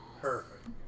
Perfect